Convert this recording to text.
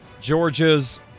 Georgia's